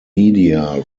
media